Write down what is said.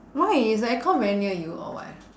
why is the aircon very near you or what